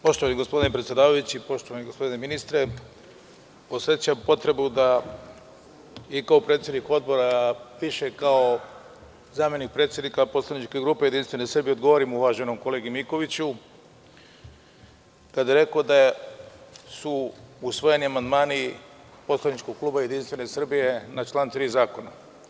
Poštovani gospodine predsedavajući, poštovani gospodine ministre, osećam potrebu da i kao predsednik odbora, a više kao zamenik predsednika poslaničke grupe JS odgovorim uvaženom kolegi Mikoviću, kada je rekao da su usvojeni amandmani poslaničkog kluba JS na član 3. zakona.